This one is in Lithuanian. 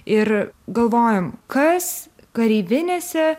ir galvojom kas kareivinėse